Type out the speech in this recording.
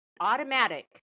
automatic